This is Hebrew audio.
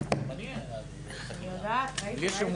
(היו"ר פנינה תמנו, 15:47)